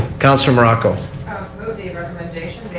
counsellor morocco move the recommendation